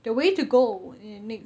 the way to go in the next